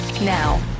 now